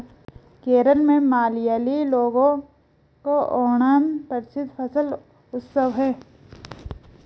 केरल में मलयाली लोगों का ओणम प्रसिद्ध फसल उत्सव है